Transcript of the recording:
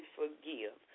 forgive